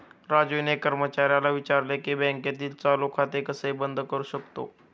राजूने कर्मचाऱ्याला विचारले की बँकेतील चालू खाते कसे बंद करू शकतो?